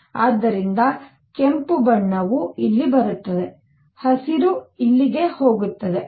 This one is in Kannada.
ಆದ್ದರಿಂದ ಕೆಂಪು ಬಣ್ಣವು ಇಲ್ಲಿ ಬರುತ್ತದೆ ಹಸಿರು ಇಲ್ಲಿಗೆ ಹೋಗುತ್ತದೆ